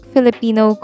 Filipino